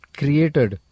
created